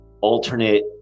alternate